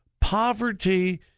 Poverty